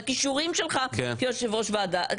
לכישורים שלך כיושב ראש ועדה.